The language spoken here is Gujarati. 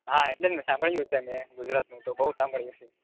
હા એટલે જ ને સાંભળ્યું છે મેં ગુજરાતનું તો બહુ સાંભળ્યું છે